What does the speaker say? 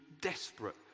desperate